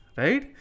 right